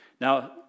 Now